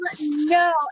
No